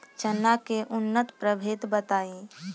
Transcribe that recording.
चना के उन्नत प्रभेद बताई?